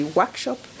workshop